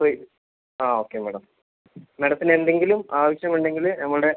ആ okay madam മാഡത്തിന് എന്തെങ്കിലും ആവശ്യം ഉണ്ടെങ്കിൽ നമ്മളുടെ